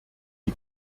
die